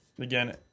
again